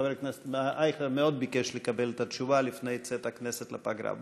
וחבר הכנסת אייכלר מאוד ביקש לקבל את התשובה לפני צאת הכנסת לפגרה.